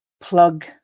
Plug